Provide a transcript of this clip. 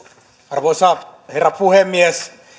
arvoisa herra puhemies